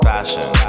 Fashion